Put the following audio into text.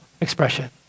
expression